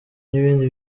n’ibindi